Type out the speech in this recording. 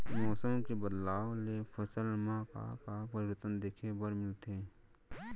मौसम के बदलाव ले फसल मा का का परिवर्तन देखे बर मिलथे?